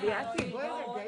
שצריך